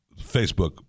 Facebook